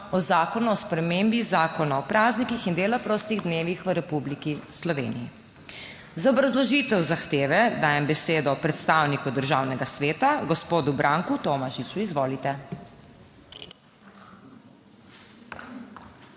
o Zakonu o spremembi Zakona o praznikih in dela prostih dnevih v Republiki Sloveniji. Za obrazložitev zahteve dajem besedo predstavniku Državnega sveta gospodu Branku Tomažiču. Izvolite.